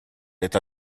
это